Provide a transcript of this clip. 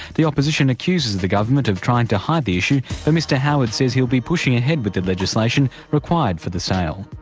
the opposition accuses the government of trying to hide the issue but mr howard says he'll be pushing ahead with the legislation required for the sale.